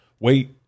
Wait